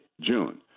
June